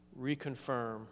reconfirm